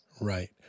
right